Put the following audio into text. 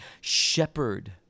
shepherd